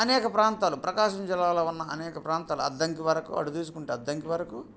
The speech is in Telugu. అనేక ప్రాంతాలు ప్రకాశం జిల్లాలో ఉన్న అనేక ప్రాంతాలు అద్దంకి వరకు అటు చూసుకుంటే అద్దంకి వరకు